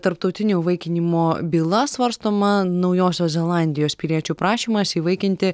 tarptautinio įvaikinimo byla svarstoma naujosios zelandijos piliečių prašymas įvaikinti